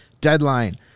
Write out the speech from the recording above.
deadline